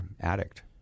addict